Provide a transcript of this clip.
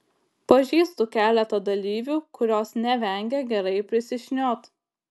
pažįstu keletą dalyvių kurios nevengia gerai prisišniot